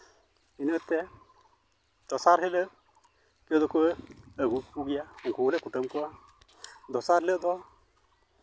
ᱤᱱᱟᱹᱛᱮ ᱫᱚᱥᱟᱨ ᱦᱤᱞᱳᱜ ᱠᱮᱣ ᱫᱚᱠᱚ ᱟᱹᱜᱩ ᱠᱚᱜᱮᱭᱟ ᱩᱱᱠᱩ ᱦᱚᱸᱞᱮ ᱠᱩᱴᱟᱹᱢ ᱠᱚᱣᱟ ᱫᱚᱥᱟᱨ ᱦᱤᱞᱳᱜ ᱫᱚ